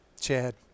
Chad